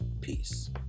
Peace